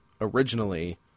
originally